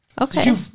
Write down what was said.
Okay